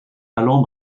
allant